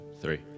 three